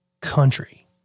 country